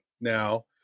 now